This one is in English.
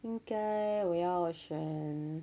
应该我要选